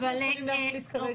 אנחנו יכולים להחליט כרגע.